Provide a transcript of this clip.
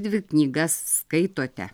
dvi knygas skaitote